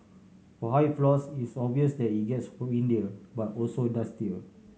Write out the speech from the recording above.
for high floors it's obvious that it gets windier but also dustier